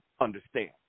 understand